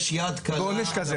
יש יד קלה על ה"בואש".